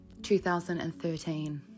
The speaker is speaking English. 2013